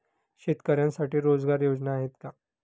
शेतकऱ्यांसाठी रोजगार योजना आहेत का?